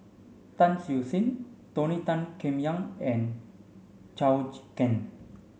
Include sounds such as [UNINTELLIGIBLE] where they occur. Tan Siew Sin Tony Tan Keng Yam and Zhou [UNINTELLIGIBLE] Can